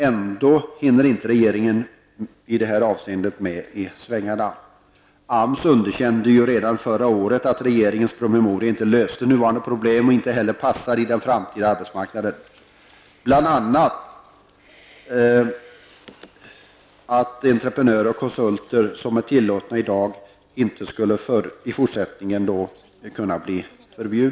Ändå hinner regeringen i det här avseendet inte med i svängarna. AMS framhöll redan förra året att regeringens promemoria inte löste de nuvarande problemen och inte heller passar i den framtida arbetsmarknaden. Bl.a. invände AMS att entreprenörer och konsulter som i dag är tillåtna skulle bli förbjudna i fortsättningen.